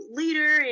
leader